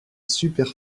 super